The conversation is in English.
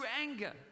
anger